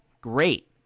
great